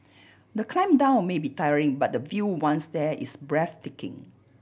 the climb down may be tiring but the view once there is breathtaking